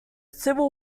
civil